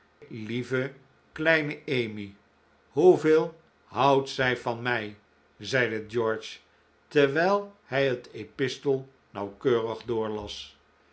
lieve kleine emmy hoeveel houdt zij van mij zeide george terwijl hij het epistel nauwkeurig doorlas